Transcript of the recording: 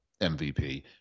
MVP